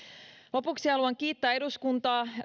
lopuksi haluan kiittää eduskuntaa